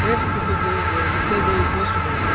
பேஸ்புக்குக்கு ஒரு மெசேஜை போஸ்ட் பண்ணு